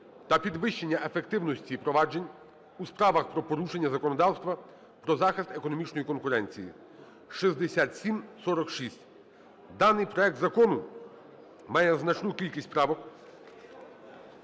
та підвищення ефективності проваджень у справах про порушення законодавства про захист економічної конкуренції (6746). Даний проект закону має значну кількість правок